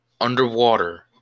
underwater